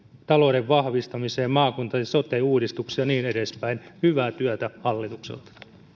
talouden vahvistamiseen maakunta ja sote uudistukseen ja niin edespäin hyvää työtä hallitukselta